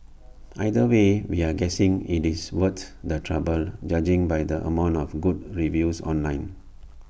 either way we're guessing IT is worth the trouble judging by the amount of good reviews online